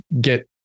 get